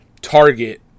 Target